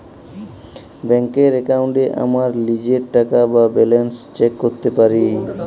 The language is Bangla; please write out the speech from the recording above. ব্যাংকের এক্কাউন্টে আমরা লীজের টাকা বা ব্যালান্স চ্যাক ক্যরতে পারি